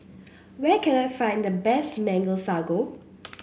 where can I find the best Mango Sago